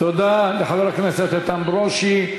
תודה לחבר הכנסת איתן ברושי.